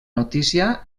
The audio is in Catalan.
notícia